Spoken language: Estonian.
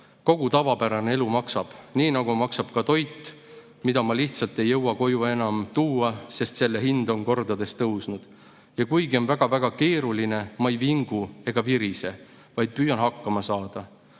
Kogu tavapärane elu maksab. Nii nagu maksab ka toit, mida ma lihtsalt ei jõua koju enam tuua, sest selle hind on kordades tõusnud. Ja kuigi on väga-väga keeruline, ma ei vingu ja ei virise, vaid püüan hakkama saada,